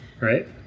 right